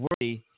worthy